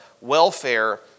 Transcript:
welfare